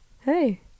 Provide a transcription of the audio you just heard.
hey